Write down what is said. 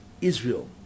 Israel